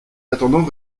attendant